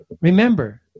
Remember